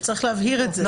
צריך להבהיר את זה.